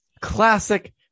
Classic